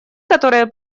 которые